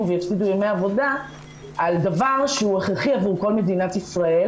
ויפסידו ימי עבודה על דבר שהוא הכרחי עבור כל מדינת ישראל.